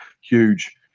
huge